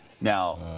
Now